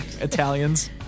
Italians